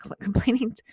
Complaining